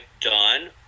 done